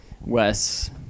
Wes